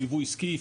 ליווי עסקי,